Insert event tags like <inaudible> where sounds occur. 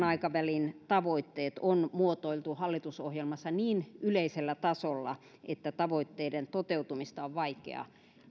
<unintelligible> aikavälin tavoitteet on muotoiltu hallitusohjelmassa niin yleisellä tasolla että tavoitteiden toteutumista on vaikea